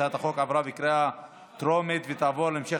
הצעת החוק עברה בקריאה טרומית, ותעבור להמשך